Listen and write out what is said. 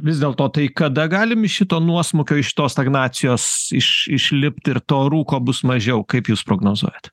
vis dėlto tai kada galim iš šito nuosmukio iš tos stagnacijos iš išlipt ir to rūko bus mažiau kaip jūs prognozuojat